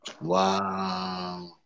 Wow